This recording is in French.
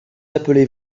appelez